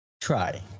Try